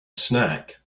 snack